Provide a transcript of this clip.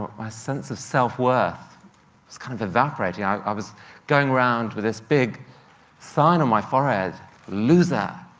my sense of self-worth was kind of evaporating. i was going around with this big sign on my forehead loser.